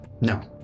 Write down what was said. No